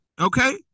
Okay